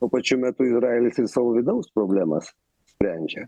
tuo pačiu metu izraelis ir savo vidaus problemas sprendžia